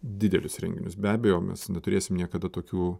didelius renginius be abejo mes neturėsim niekada tokių